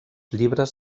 llibres